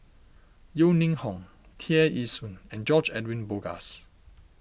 Yeo Ning Hong Tear Ee Soon and George Edwin Bogaars